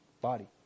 body